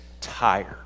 tired